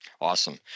Awesome